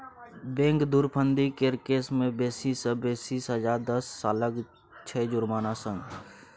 bank धुरफंदी केर case मे बेसी सँ बेसी सजा दस सालक छै जुर्माना संग